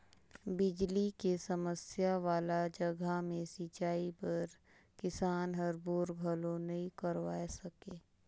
बिजली के समस्या वाला जघा मे सिंचई बर किसान हर बोर घलो नइ करवाये सके